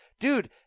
Dude